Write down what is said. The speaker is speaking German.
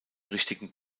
richtigen